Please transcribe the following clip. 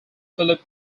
phillip